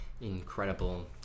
incredible